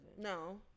No